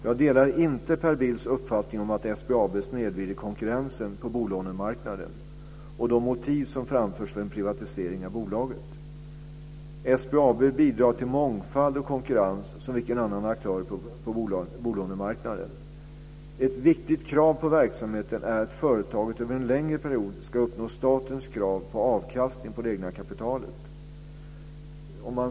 Jag delar inte Per Bills uppfattning att SBAB snedvrider konkurrensen på bolånemarknaden och de motiv som framförs för en privatisering av bolaget. SBAB bidrar till mångfald och konkurrens som vilken annan aktör på bolånemarknaden som helst. Ett viktigt krav på verksamheten är att företaget över en längre period ska uppnå statens krav på avkastning på det egna kapitalet.